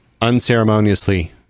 unceremoniously